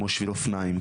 כמו שביל אופניים,